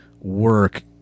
work